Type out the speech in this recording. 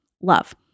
Love